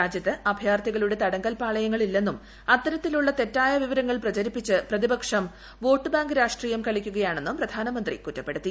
രാജ്യത്ത് അഭയാർത്ഥികളുടെ തടങ്കൽ പാളയങ്ങൾ ഇല്ലെന്നും അത്തരത്തിലുള്ള തെറ്റായ വിവരങ്ങൾ പ്രചരിപ്പിച്ച് പ്രതിപക്ഷം വോട്ടുബാങ്ക് രാഷ്ട്രീയം കളിക്കുകയാണെന്നും പ്രധാനമന്ത്രി കുറ്റപ്പെടുത്തി